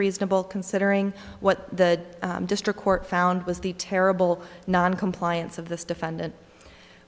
reasonable considering what the district court found was the terrible noncompliance of this defendant